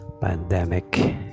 pandemic